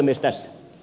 tässä